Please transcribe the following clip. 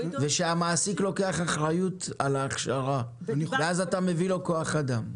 ושהמעסיק לוקח אחריות על ההכשרה ואז אתה מביא לו כוח אדם.